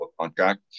contract